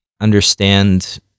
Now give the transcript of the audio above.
understand